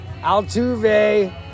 altuve